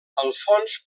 alfons